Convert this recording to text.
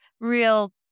real